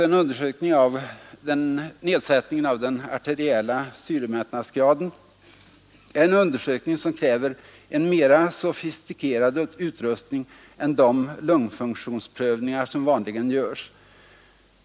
En undersökning av nedsättningen av den arteriella syremättnadsgraden kräver en mer sofistikerad utrustning än de lungfunktionsprövningar som vanligen görs.